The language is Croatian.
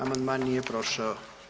Amandman nije prošao.